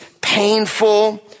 painful